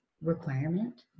requirement